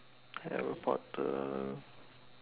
Harry-Potter